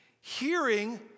hearing